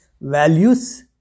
values